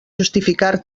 justificar